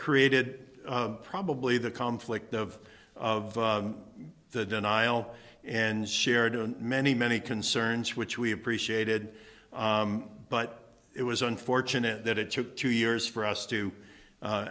created probably the conflict of of the denial and shared many many concerns which we appreciated but it was unfortunate that it took two years for us to